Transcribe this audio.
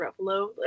Ruffalo